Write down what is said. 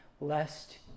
lest